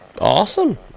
Awesome